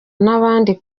n’ahandi